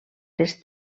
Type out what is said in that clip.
les